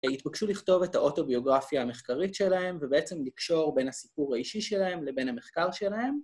הם התבקשו לכתוב את האוטוביוגרפיה המחקרית שלהם ובעצם לקשור בין הסיפור האישי שלהם לבין המחקר שלהם.